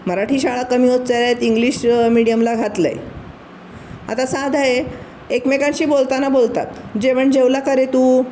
मराठी शाळा कमी होत आहेत इंग्लिश मिडीयमला घातलं आहे आता साधं आहे एकमेकांशी बोलताना बोलतात जेवण जेवला का रे तू